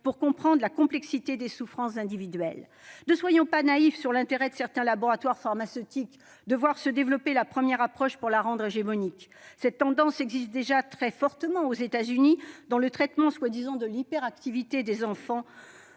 pour comprendre la complexité des souffrances individuelles. Ne soyons pas naïfs, certains laboratoires pharmaceutiques ont intérêt à ce que se développe la première approche pour la rendre hégémonique. Cette tendance existe déjà très fortement aux États-Unis dans le traitement de la prétendue hyperactivité des enfants,